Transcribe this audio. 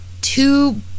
two